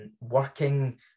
working